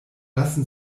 lassen